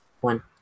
one